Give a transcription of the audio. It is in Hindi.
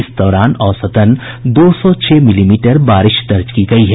इस दौरान औसतन दो सौ छह मिलीमीटर बारिश दर्ज की गयी है